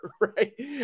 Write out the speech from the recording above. right